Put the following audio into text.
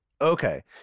Okay